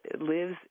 lives